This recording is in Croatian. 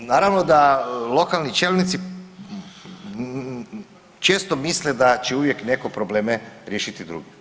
Naravno da lokalni čelnici često misle da će uvijek neko probleme riješiti drugi.